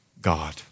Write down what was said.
God